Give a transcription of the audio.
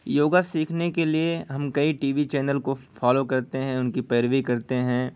یوگا سیکھنے کے لیے ہم کئی ٹی وی چینل کو فالو کرتے ہیں ان کی پیروی کرتے ہیں